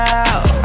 out